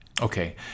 Okay